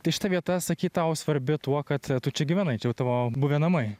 tai šita vieta sakei tau svarbi tuo kad tu čia gyvenai čia tavo buvę namai